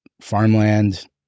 farmland